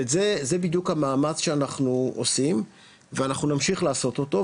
וזה בדיוק המאמץ שאנחנו עושים ואנחנו נמשיך לעשות אותו,